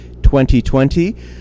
2020